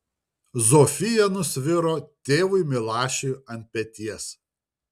zofija nusviro tėvui milašiui ant peties